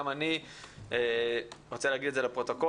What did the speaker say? גם אני רוצה לומר את זה לפרוטוקול.